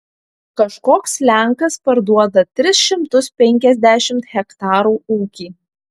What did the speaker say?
kažkoks lenkas parduoda tris šimtus penkiasdešimt hektarų ūkį